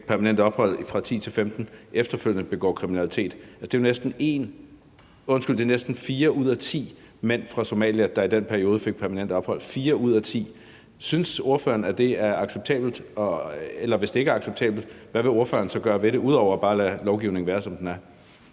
permanent ophold fra 2010-2015, efterfølgende begår kriminalitet. Og det er jo næsten fire ud af ti mænd fra Somalia, der i den periode fik permanent ophold – fire ud af ti. Synes ordføreren, det er acceptabelt? Og hvis det ikke er acceptabelt, hvad vil ordføreren så gøre ved det ud over bare at lade lovgivningen være, som den er?